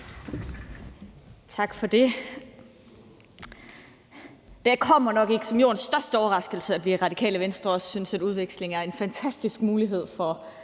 Tak for det. Det kommer nok ikke som jordens største overraskelse, at vi i Radikale Venstre også synes, at udveksling er en fantastisk mulighed for